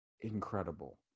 incredible